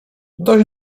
dość